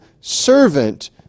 servant